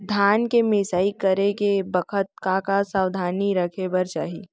धान के मिसाई करे के बखत का का सावधानी रखें बर चाही?